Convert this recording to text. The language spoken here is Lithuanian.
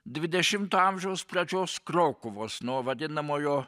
dvidešimto amžiaus pradžios krokuvos nuo vadinamojo